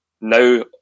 now